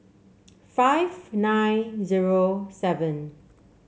five nine zero seven